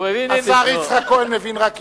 השר יצחק כהן מבין רק יידיש,